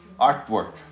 artwork